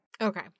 Okay